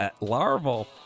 larval